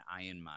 Ironman